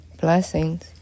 Blessings